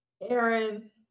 Aaron